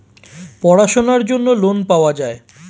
পড়াশোনার জন্য লোন পাওয়া যায়